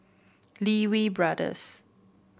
Lee Wee Brothers